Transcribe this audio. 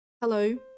Hello